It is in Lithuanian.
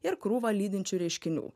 ir krūva lydinčių reiškinių